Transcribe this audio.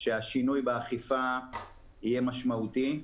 שהשינוי באכיפה יהיה משמעותי.